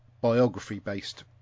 biography-based